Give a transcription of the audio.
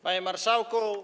Panie Marszałku!